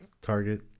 target